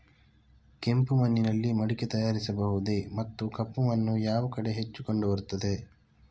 ಕೆಂಪು ಮಣ್ಣಿನಲ್ಲಿ ಮಡಿಕೆ ತಯಾರಿಸಬಹುದೇ ಮತ್ತು ಕಪ್ಪು ಮಣ್ಣು ಯಾವ ಕಡೆ ಹೆಚ್ಚು ಕಂಡುಬರುತ್ತದೆ?